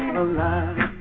alive